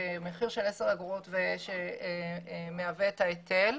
במחיר של 10 אגורות שמהווה את ההיטל.